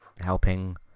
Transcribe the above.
helping